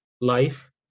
life